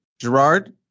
Gerard